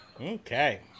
Okay